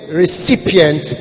recipient